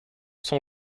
son